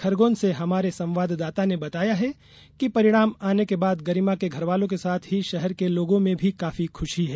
खरगोन से हमारे संवाददाता ने बताया है कि परिणाम आने के बाद गरिमा के घरवालों के साथ ही शहर के लोग भी काफी ख्रश है